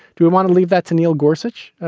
do we want to leave that to neil gorsuch?